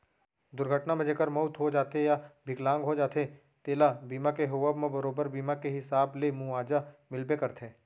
दुरघटना म जेकर मउत हो जाथे या बिकलांग हो जाथें तेला बीमा के होवब म बरोबर बीमा के हिसाब ले मुवाजा मिलबे करथे